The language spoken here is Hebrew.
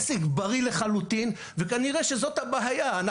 עסק בריא לחלוטין וכנראה שזאת הבעיה,